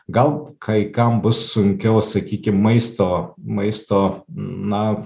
gal kai kam bus sunkiau sakykim maisto maisto na